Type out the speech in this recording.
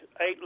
eight